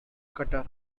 cutter